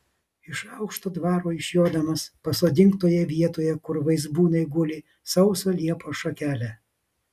iš aukšto dvaro išjodamas pasodink toje vietoje kur vaizbūnai guli sausą liepos šakelę